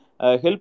help